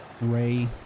Ray